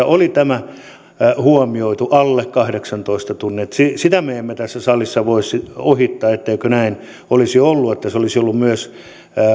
oli tämä alle kahdeksantoista tuntia huomioitu sitä me emme tässä salissa voi ohittaa etteikö näin olisi ollut myös